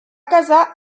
casar